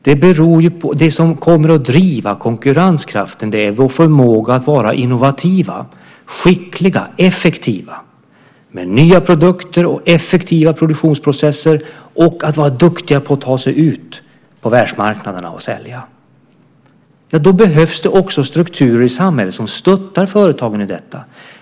Det som kommer att driva konkurrenskraften är vår förmåga att vara innovativa, skickliga och effektiva med nya produkter och effektiva produktionsprocesser och att vara duktiga på att ta oss ut på världsmarknaderna och sälja. Då behövs det också strukturer i samhället som stöttar företagen i detta.